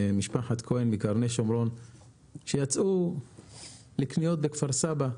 משפחת כהן מקרני שומרון שיצאו לקניות בכפר סבא,